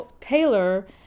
Taylor